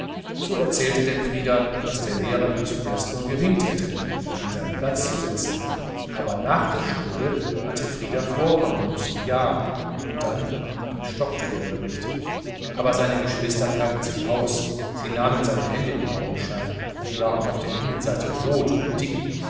so erzählte denn frieder daß der lehrer ihm zuerst nur gewinkt hätte sich auf seinen platz zu setzen aber nach der schule hatte frieder vorkommen müssen ja und dann dann stockte der bericht aber die geschwister kannten sich aus sie nahmen seine hände in augenschein die waren auf der innenseite rot und dick